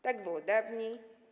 Tak było dawniej,